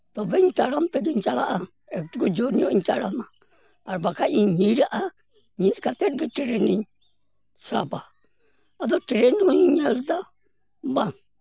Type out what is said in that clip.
ᱛᱚᱵᱮᱧ ᱛᱟᱲᱟᱢ ᱛᱮᱜᱤᱧ ᱪᱟᱞᱟᱜᱼᱟ ᱮᱠᱴᱩᱠᱩ ᱡᱚᱨ ᱧᱚᱜ ᱤᱧ ᱛᱟᱲᱟᱢᱟ ᱟᱨ ᱵᱟᱠᱷᱟᱡ ᱤᱧ ᱧᱤᱨᱟᱜᱼᱟ ᱧᱤᱨ ᱠᱟᱛᱮ ᱜᱮ ᱴᱨᱮᱹᱱ ᱤᱧ ᱥᱟᱵᱟ ᱟᱫᱚ ᱴᱨᱮ ᱱ ᱦᱚᱸᱧ ᱧᱮᱞᱮᱫᱟ ᱵᱟᱝ